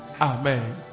Amen